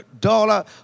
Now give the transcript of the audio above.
dollar